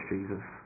Jesus